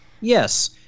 Yes